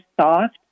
soft